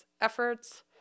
efforts